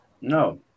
No